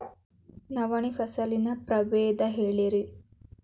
ನವಣಿ ಫಸಲಿನ ಪ್ರಭೇದ ಹೇಳಿರಿ